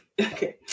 okay